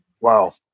Wow